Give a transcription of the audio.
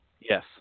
Yes